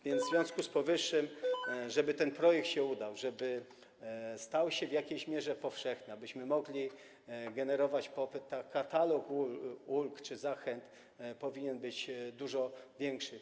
W związku z powyższym, żeby ten projekt się udał, żeby stał się w jakiejś mierze powszechny, abyśmy mogli generować popyt, katalog ulg czy zachęt powinien być dużo obszerniejszy.